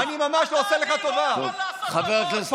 הוא חושב שהוא עושה לי טובה שאני נמצא פה.